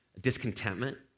discontentment